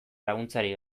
laguntzarik